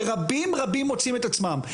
ורבים רבים מוצאים את עצמם.